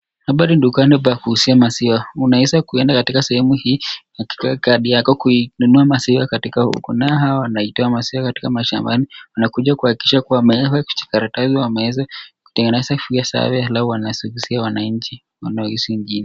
Hapa ni dukani pa kuuzia maziwa unaweza kuenda katika sehemu hii kuchukua kadi yako kuinunua maziwa kutoka huku nao hawa wanaitoa maziwa katika mashambani. Wanakuja kuhakikisha kua wameweka kwa vijikaratasi wanazitengeneza ziwe sawa alafu wanauzia wanainchi wengine.